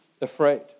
afraid